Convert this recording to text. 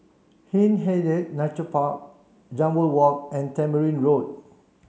Hindhede Nature Park Jambol Walk and Tamarind Road